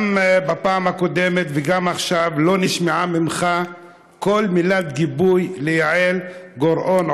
גם בפעם הקודמת וגם עכשיו לא נשמעה ממך כל מילת גיבוי ליעל גוראון,